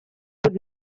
would